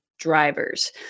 Drivers